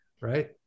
right